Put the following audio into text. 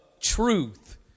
truth